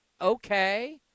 Okay